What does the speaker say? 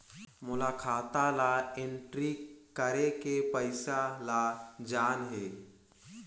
मोला खाता ला एंट्री करेके पइसा ला जान हे?